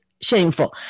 shameful